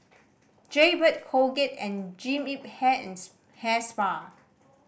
Jaybird Colgate and Jean Yip Hair and Hair Spa